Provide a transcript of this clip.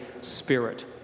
Spirit